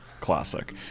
Classic